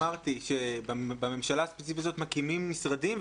אמרתי שבממשלה הספציפית הזאת מקימים משרדים,